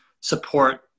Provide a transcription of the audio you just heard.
support